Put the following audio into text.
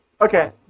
okay